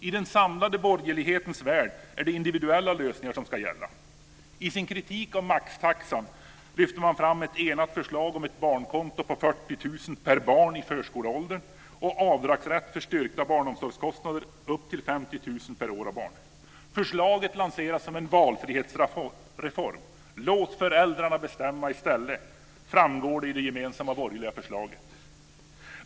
I den samlade borgerlighetens värld är det individuella lösningar som ska gälla. I sin kritik av maxtaxan lyfter man fram ett enat förslag om ett barnkonto på 40 000 kr per barn i förskoleåldern och avdragsrätt för styrkta barnomsorgskostnader med upp till 50 000 kr per år och barn. Förslaget lanseras som en valfrihetsreform. "Låt föräldrarna bestämma i stället", framgår det i det gemensamma borgerliga förslaget.